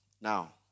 Now